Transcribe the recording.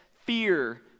fear